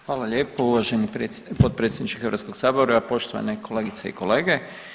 Hvala lijepo uvaženi potpredsjedniče Hrvatskog sabora, poštovane kolegice i kolege.